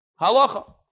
Halacha